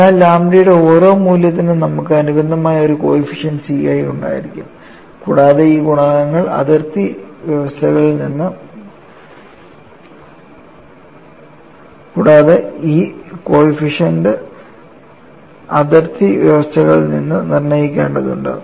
അതിനാൽ ലാംഡയുടെ ഓരോ മൂല്യത്തിനും നമുക്ക് അനുബന്ധമായ ഒരു കോഫിഫിഷ്യന്റ് Ci ഉണ്ടായിരിക്കും കൂടാതെ ഈ കോഫിഫിഷ്യന്റ് അതിർത്തി വ്യവസ്ഥകളിൽ നിന്ന് നിർണ്ണയിക്കേണ്ടതുണ്ട്